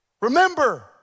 Remember